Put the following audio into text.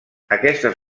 aquestes